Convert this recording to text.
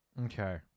Okay